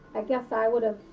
i guess i would ah